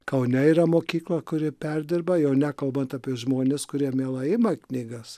kaune yra mokykla kuri perdirba jau nekalbant apie žmones kurie mielai ima knygas